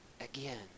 again